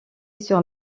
sur